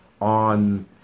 on